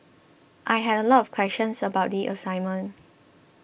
I had a lot of questions about the assignment